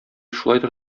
шулайдыр